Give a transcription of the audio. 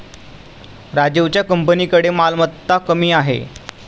राजीवच्या कंपनीकडे मालमत्ता कमी आहे